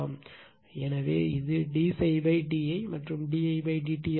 எனவே இது d ∅ d i மற்றும் d i d t ஆகும்